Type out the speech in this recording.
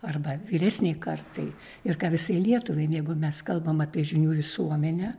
arba vyresnei kartai ir ką visai lietuvai jeigu mes kalbam apie žinių visuomenę